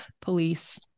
police